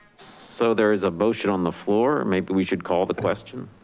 so there is a motion on the floor or maybe we should call the question.